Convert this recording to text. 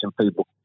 people